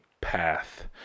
path